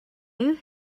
you